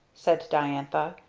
said diantha.